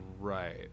Right